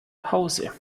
pause